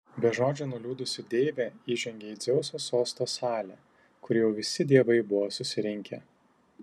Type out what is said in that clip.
be žodžio nuliūdusi deivė įžengė į dzeuso sosto salę kur jau visi dievai buvo susirinkę